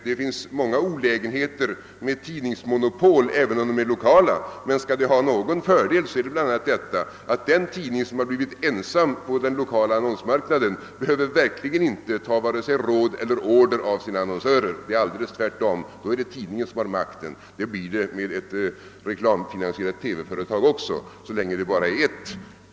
Det finns många olägenheter med tidningsmonopol, även om de är lokala, men om de kan anses ha någon fördel, är det bl.a., att den tidning som har blivit ensam på den lokala annonsmarknaden verkligen inte behöver ta vare sig råd eller order av sina annonsörer. Då är det tvärtom tidningen som har makten. Så blir det också med ett reklamfinansierat TV-företag, så länge det bara finns ett.